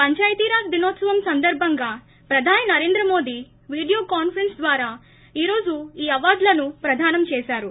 పందాయతీరాజ్ దినోత్పవం సందర్భంగా ప్రధాని నరేంద్ర మోదీ వీడియో కాన్సరెన్స్ ద్వారా ఈ రోజు ఈ అవార్డులను ప్రదానం చేశారు